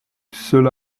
cela